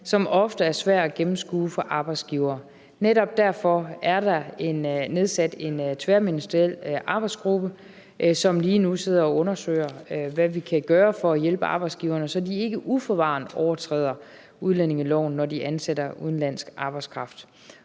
som ofte er svært at gennemskue for arbejdsgivere. Netop derfor er der nedsat en tværministeriel arbejdsgruppe, som lige nu sidder og undersøger, hvad vi kan gøre for at hjælpe arbejdsgiverne, så de ikke uforvarende overtræder udlændingeloven, når de ansætter udenlandsk arbejdskraft.